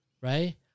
Right